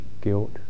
guilt